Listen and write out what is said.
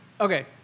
Okay